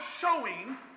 showing